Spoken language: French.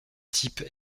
type